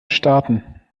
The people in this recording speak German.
starten